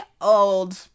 old